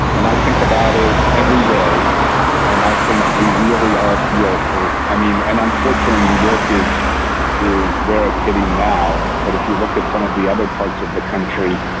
and i think about it every day and i think we really all feel for. i mean, and unfortunately, new york is is where it's hitting now. but if you look at some of the other parts of the country,